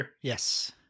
Yes